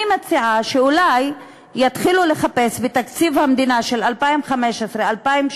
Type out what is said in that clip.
אני מציעה שאולי יתחילו לחפש בתקציב המדינה של 2015 2016